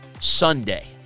Sunday